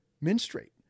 menstruate